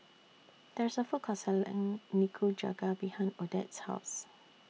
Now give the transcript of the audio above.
There IS A Food Court Selling Nikujaga behind Odette's House